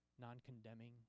non-condemning